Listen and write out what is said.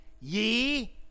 Ye